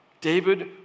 David